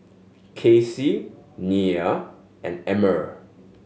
Kacy Nia and Emmer